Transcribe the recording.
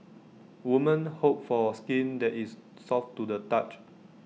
woman hope for skin that is soft to the touch